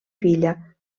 filla